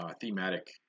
thematic